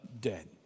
dead